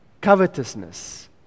covetousness